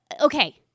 Okay